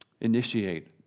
Initiate